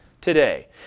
today